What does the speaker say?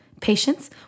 Patience